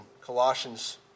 Colossians